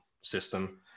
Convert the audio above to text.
system